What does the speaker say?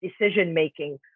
decision-making